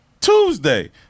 Tuesday